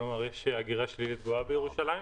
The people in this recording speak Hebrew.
כלומר יש הגירה שלילית גבוהה בירושלים.